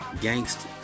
Gangsters